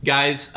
Guys